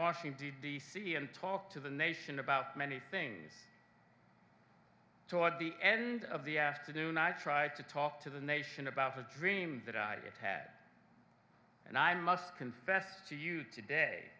washing d d c and talked to the nation about many things toward the end of the afternoon i tried to talk to the nation about a dream that i had and i must confess to you today